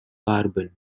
carbon